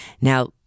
Now